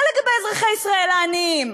מה לגבי אזרחי ישראל העניים?